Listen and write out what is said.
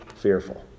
fearful